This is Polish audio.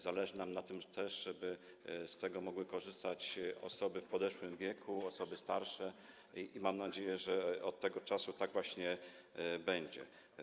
Zależy nam na tym, żeby mogły z tego korzystać osoby w podeszłym wieku, osoby starsze, i mam nadzieję, że od tego czasu tak właśnie będzie.